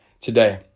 today